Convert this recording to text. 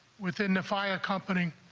within the fire company,